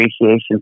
appreciation